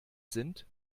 sind